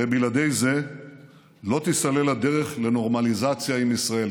הרי בלעדי זה לא תיסלל הדרך לנורמליזציה עם ישראל,